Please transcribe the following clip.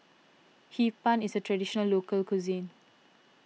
Hee Pan is a Traditional Local Cuisine